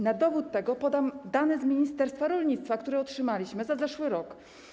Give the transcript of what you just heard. Na dowód tego podam dane z ministerstwa rolnictwa, które otrzymaliśmy za zeszły rok.